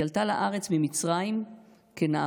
והיא עלתה לארץ ממצרים כנערה,